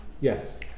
Yes